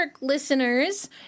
listeners